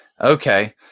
Okay